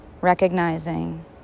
Recognizing